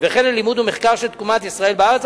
וכן לימוד ומחקר של תקומת ישראל בארץ.